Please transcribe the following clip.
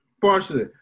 Partially